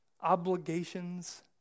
obligations